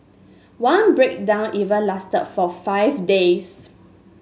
one breakdown even lasted for five days